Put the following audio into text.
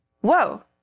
Whoa